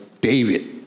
David